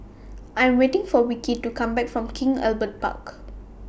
I Am waiting For Vikki to Come Back from King Albert Park